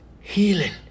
healing